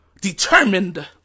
determined